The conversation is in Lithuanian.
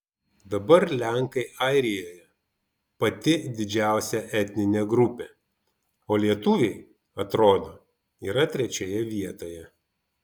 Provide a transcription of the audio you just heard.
dabar lenkai airijoje pati didžiausia etninė grupė o lietuviai atrodo yra trečioje vietoje